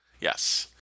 Yes